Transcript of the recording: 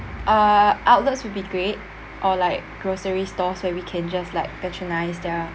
uh outlets will be great or like grocery stores where we can just like patronize their